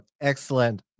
excellent